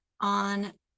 on